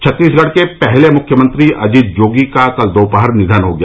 छत्तीसगढ के पहले मुख्यमंत्री अजीत जोगी का कल दोपहर निधन हो गया